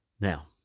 Now